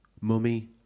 Mummy